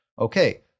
Okay